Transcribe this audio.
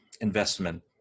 investment